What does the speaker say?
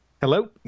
Hello